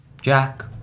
Jack